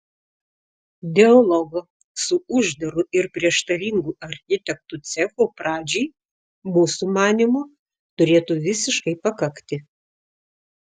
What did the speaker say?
dialogo su uždaru ir prieštaringu architektų cechu pradžiai mūsų manymu turėtų visiškai pakakti